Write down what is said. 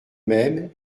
même